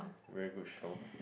very good show